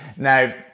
Now